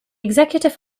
executive